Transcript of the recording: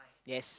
yes